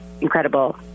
incredible